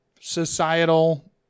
societal